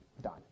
done